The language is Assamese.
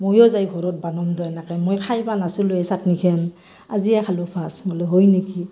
ময়ো যাই ঘৰত বানাম দে এনেকৈ মই খাই পাৱা নাছিলোঁৱে চাটনিখেন আজিয়ে খালোঁ ফাৰ্ষ্ট বোলে হয় নেকি